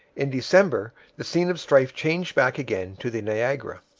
in december the scene of strife changed back again to the niagara,